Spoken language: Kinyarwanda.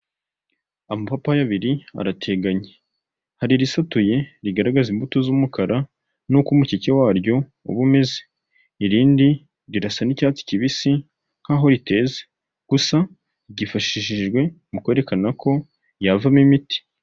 Amapapayi abiri abiri arateganye hari irisatuye rigaragaza imbuto z'umukara n'uko umukike waryo uba umeze, irindi rirasa n'icyatsi kibisi nk'aho riteze gusa, ryifashishijwe mu kwerekana ko yavamo imiti.